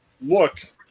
look